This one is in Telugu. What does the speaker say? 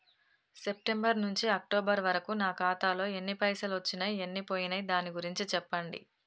సెప్టెంబర్ నుంచి అక్టోబర్ వరకు నా ఖాతాలో ఎన్ని పైసలు వచ్చినయ్ ఎన్ని పోయినయ్ దాని గురించి చెప్పండి?